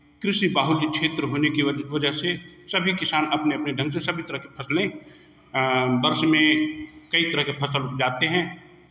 कृषि बाहुल क्षेत्र होने की वजह से सभी किसान अपने अपने ढंग से सभी तरह की फसलें बर्ष में कई तरह के फसल उपजाते हैं